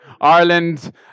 Ireland